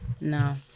No